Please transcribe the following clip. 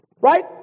right